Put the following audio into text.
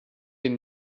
den